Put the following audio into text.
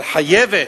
אבל חייבת.